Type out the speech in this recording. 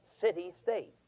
city-state